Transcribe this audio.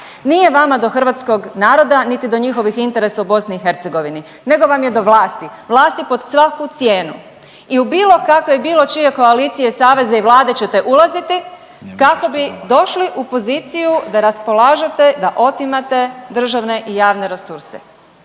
Nije vama do hrvatskog naroda niti do njihovih interesa u BiH nego vam je do vlasti, vlasti pod svaku cijenu i u bilo kakve i bilo čije koalicije, saveza i vlade ćete ulaziti kako bi došli u poziciju da raspolažete da otimate državne i javne resurse.